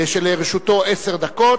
שלרשותו עשר דקות,